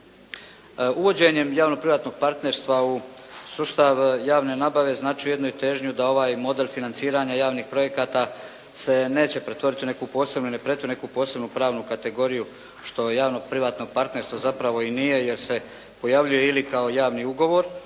Uvođenjem javno-privatnog partnerstva u sustav javne nabave znači ujedno i težnju da ovaj model financiranja javnih projekata se neće pretvoriti u neku posebnu i ne pretvori u neku posebnu pravnu kategoriju što javno-privatno partnerstvo zapravo i nije jer se pojavljuje ili kao javni ugovor